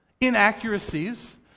inaccuracies